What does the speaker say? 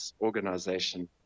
organization